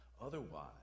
Otherwise